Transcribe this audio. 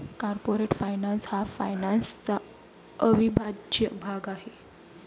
corporate finance हा फायनान्सचा अविभाज्य भाग आहे